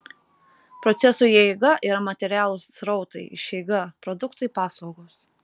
procesų įeiga yra materialūs srautai išeiga produktai paslaugos